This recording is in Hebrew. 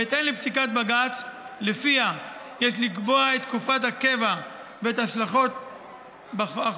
בהתאם לפסיקת בג"ץ שלפיה יש לקבוע את תקופת הקבע ואת השלכות החוק,